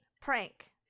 Prank